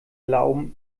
glauben